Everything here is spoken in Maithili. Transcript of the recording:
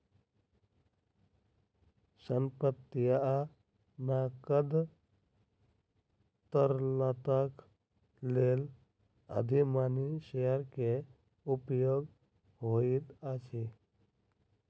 संपत्ति आ नकद तरलताक लेल अधिमानी शेयर के उपयोग होइत अछि